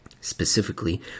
Specifically